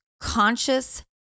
conscious